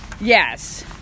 Yes